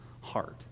heart